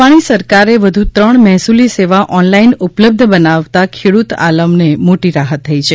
રૂપાણી સરકારે વધુ ત્રણ મહેસૂલી સેવા ઓનલાઈન ઉપલબ્ધ બનાવતા ખેડૂત આલમને મોટી રાહત થઈ છે